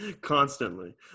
constantly